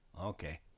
Okay